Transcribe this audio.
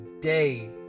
day